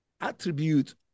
attribute